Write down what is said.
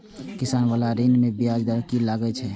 किसान बाला ऋण में ब्याज दर कि लागै छै?